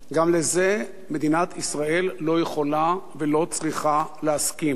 גם לזה מדינת ישראל לא יכולה ולא צריכה להסכים.